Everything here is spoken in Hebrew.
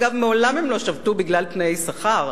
אגב, מעולם הם לא שבתו בגלל תנאי שכר.